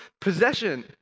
possession